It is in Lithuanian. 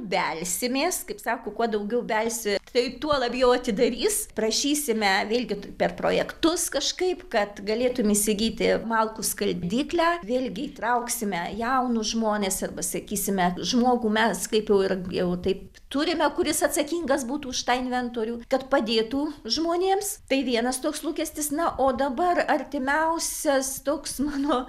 belsimės kaip sako kuo daugiau belsi tai tuo labiau atidarys prašysime vėlgit per projektus kažkaip kad galėtum įsigyti malkų skaldyklę vėlgi įtrauksime jaunus žmones arba sakysime žmogų mes kaip jau ir jau taip turime kuris atsakingas būtų už tą inventorių kad padėtų žmonėms tai vienas toks lūkestis na o dabar artimiausias toks mano